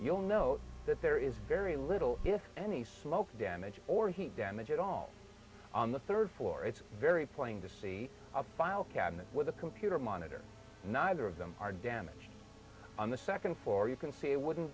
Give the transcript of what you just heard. you'll know that there is very little if any smoke damage or heat damage at all on the third floor it's very plain to see a file cabinet with a computer monitor neither of them are damaged on the second floor you can s